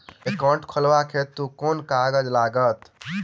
Account खोलाबक हेतु केँ कागज लागत?